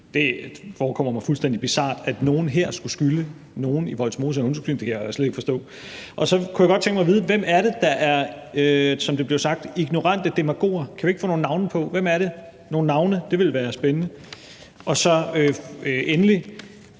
det forekommer mig fuldstændig bizart, at nogen her skulle skylde nogen i Vollsmose en undskyldning. Det kan jeg slet ikke forstå. Og så kunne jeg godt tænke mig at vide, hvem det er, der, som det blev sagt, er ignorante demagoger. Kan vi ikke få nogle navne på? Hvem er det? Nogle navne ville være spændende. Endelig